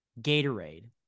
Gatorade